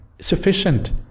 sufficient